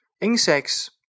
Insects